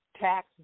tax